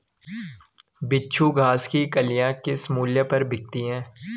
बिच्छू घास की कलियां किस मूल्य पर बिकती हैं?